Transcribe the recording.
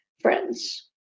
friends